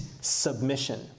submission